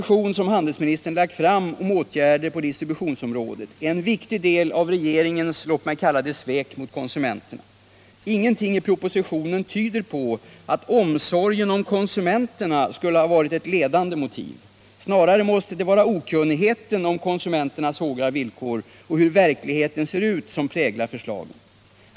tributionsområdet är en viktig del av regeringens, låt mig som sagt kalla det svek mot konsumenterna. Ingenting i propositionen tyder på att omsorgen om konsumenterna skulle ha varit ett ledande motiv. Snarare måste det vara okunnigheten om konsumenternas hårda villkor och om hur verkligheten ser ut som präglar förslagen.